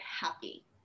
happy